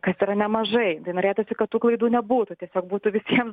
kad yra nemažai tai norėtųsi kad tų klaidų nebūtų tiesiog būtų visiem